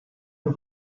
the